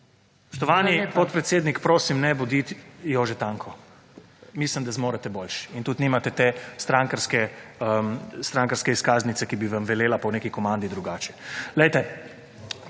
Spoštovani podpredsednik, prosim ne bodite Jože Tanko. Mislim, da zmorete boljše in tudi nimate te strankarske izkaznice, ki bi vam velela po neki komandi drugače. Glejte,